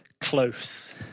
close